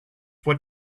what